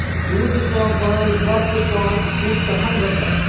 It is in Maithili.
दूधसँ बनल वस्तुपर छूट कखन भेटत